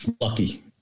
lucky